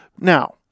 Now